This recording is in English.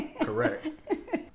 Correct